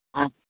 ಹಾಂ